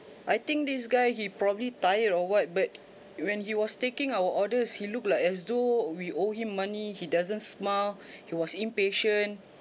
I think this guy he probably tired or what but when he was taking our orders he looked like as though we owe him money he doesn't smile he was impatient